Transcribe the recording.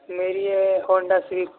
میری ہے Honda Syriac